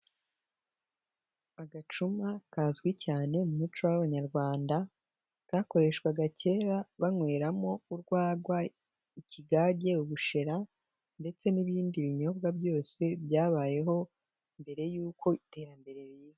Agacuma kazwi cyane mu muco w'abanyarwanda kakoreshwaga kera banyweramo urwagwa, ikigage, ubushera ndetse n'ibindi binyobwa byose byabayeho mbere y'uko iterambere riza.